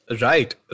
Right